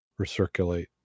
recirculate